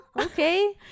okay